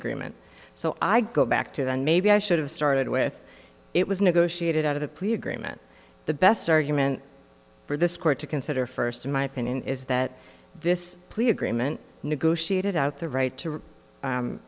agreement so i go back to that maybe i should have started with it was negotiated out of the plea agreement the best argument for this court to consider first in my opinion is that this plea agreement negotiated out the right to